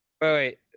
Wait